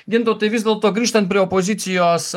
gintautai vis dėlto grįžtant prie opozicijos